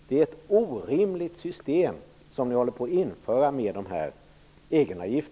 Det system med egenavgifter som ni håller på att införa är orimligt.